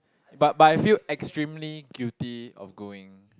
but but I feel extremely guilty of going